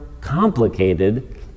complicated